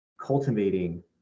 cultivating